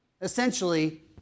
essentially